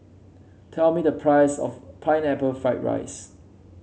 tell me the price of Pineapple Fried Rice